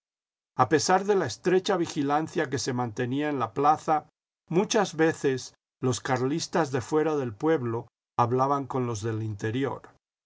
a pesar de la estrecha vigilancia que se mantenía en la plaza muchas veces los carlistas de íuera del pueblo hablaban con los del interior